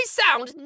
sound